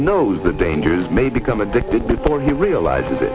knows the dangers may become addicted before he realizes that